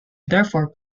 therefore